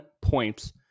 points